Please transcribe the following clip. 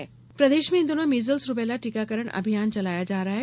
measles rubella प्रदेश में इन दिनों मीजल्स रूबेला टीकाकरण अभियान चलाया जा रहा है